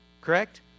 Correct